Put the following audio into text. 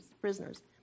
prisoners